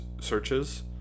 searches